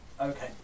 okay